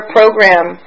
program